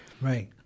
right